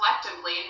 collectively